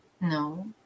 No